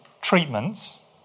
treatments